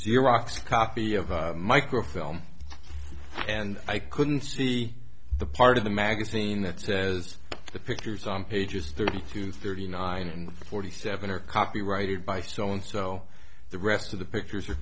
xerox copy of microfilm and i couldn't see the part of the magazine that says the pictures on pages thirty two thirty nine and forty seven are copyrighted by so and so the rest of the pictures